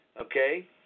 okay